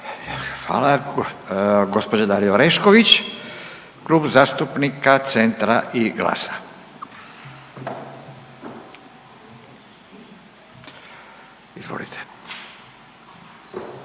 Hvala. Gospođa Dalija Orešković, Klub zastupnika Centra i GLAS-a. Izvolite.